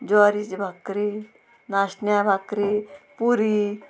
ज्वरीचे भाकरी नाशण्या भाकरी पुरी